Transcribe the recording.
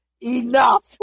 enough